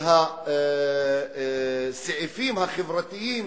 והסעיפים החברתיים,